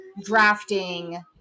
drafting